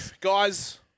guys